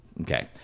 Okay